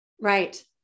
Right